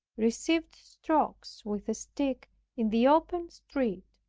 received strokes with a stick in the open street,